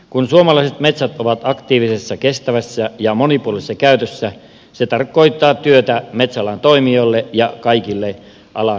kun suomalaiset metsät ovat aktiivisessa kestävässä ja monipuolisessa käytössä se tarkoittaa työtä metsäalan toimijoille ja kaikille alan sidosryhmille